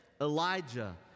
Elijah